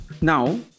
Now